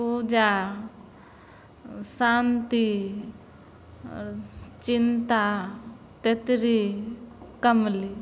पूजा शान्ति आओर चिन्ता तेतरी कमली